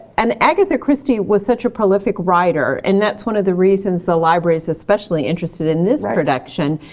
and agatha christie was such a prolific writer, and that's one of the reasons the library's especially interested in this production,